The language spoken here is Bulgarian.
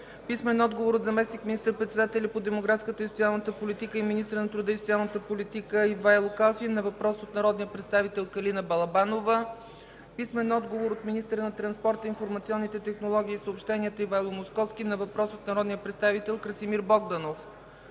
Димитров; - заместник министър-председателя по демографската и социалната политика и министър на труда и социалната политика Ивайло Калфин на въпрос от народния представител Калина Балабанова; - министъра на транспорта, информационните технологии и съобщенията Ивайло Московски на въпрос от народния представител Красимир Богданов;